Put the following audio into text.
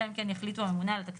אלא אם כן יחליטו הממונה על התקציבים